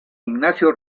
ignacio